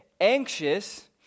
anxious